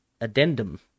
addendum